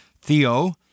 Theo